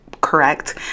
correct